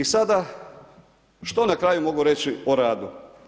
I sada, što na kraju mogu reći o radu?